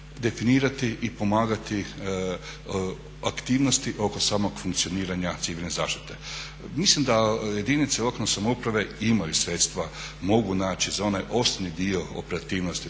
definirati i pomagati aktivnosti oko samog funkcioniranja Civilne zaštite. Mislim da jedinice lokalne samouprave imaju sredstva, mogu naći za onaj osnovni dio operativnosti,